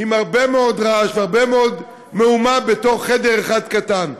עם הרבה מאוד רעש והרבה מאוד מהומה בתוך חדר אחד קטן.